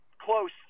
close –